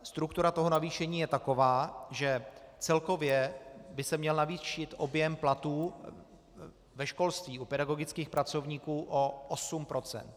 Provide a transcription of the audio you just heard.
Struktura toho navýšení je taková, že celkově by se měl navýšit objem platů ve školství u pedagogických pracovníků o 8 %.